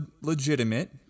legitimate